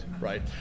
right